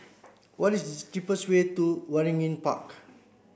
what is the cheapest way to Waringin Park